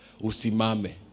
usimame